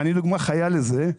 אני דוגמה חיה לזה,